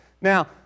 Now